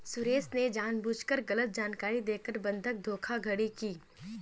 सुरेश ने जानबूझकर गलत जानकारी देकर बंधक धोखाधड़ी की